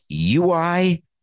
UI